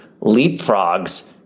leapfrogs